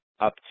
up